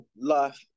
life